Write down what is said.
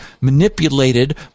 manipulated